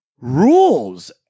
rules